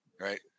Right